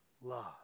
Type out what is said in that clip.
Love